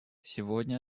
сегодня